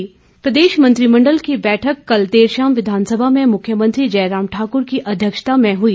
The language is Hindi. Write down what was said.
मंत्रिमंडल प्रदेश मंत्रिमंडल की बैठक कल देर शाम विधानसभा में मुख्यमंत्री जयराम ठाकुर की अध्यक्षता में हुई